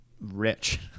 rich